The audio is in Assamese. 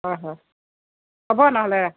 হয় হয় হ'ব ন'হলে